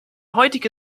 heutige